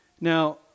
Now